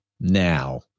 Now